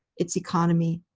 its economy,